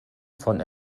von